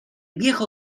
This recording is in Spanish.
viejo